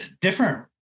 different